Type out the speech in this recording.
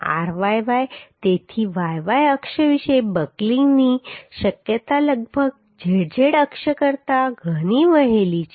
ryy તેથી y y અક્ષ વિશે બકલિંગની શક્યતા લગભગ z z અક્ષ કરતાં ઘણી વહેલી હશે